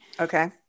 okay